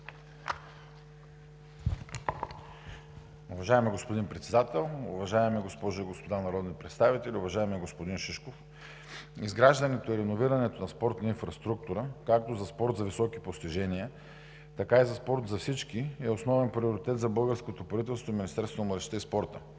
Уважаеми господин Председател, уважаеми госпожи и господа народни представители! Уважаеми господин Шишков, изграждането и реновирането на спортната инфраструктура както за спорт за високи постижения, така и за спорта за всички е основен приоритет за българското правителство и за Министерството на младежта и спорта.